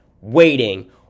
Waiting